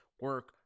Work